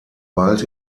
bald